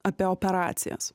apie operacijas